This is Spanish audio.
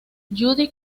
judy